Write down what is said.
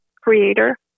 creator